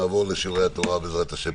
נעבור לשיעורי התורה בעזרת השם.